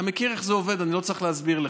אתה יודע איך זה עובד, אני לא צריך להסביר לך.